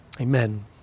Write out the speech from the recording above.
Amen